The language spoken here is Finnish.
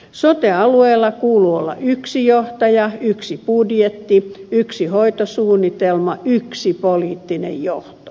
sote alueella kuuluu olla yksi johtaja yksi budjetti yksi hoitosuunnitelma yksi poliittinen johto